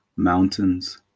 mountains